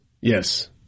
Yes